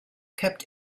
kept